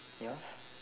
ya